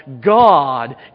God